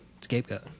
scapegoat